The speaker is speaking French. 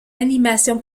animation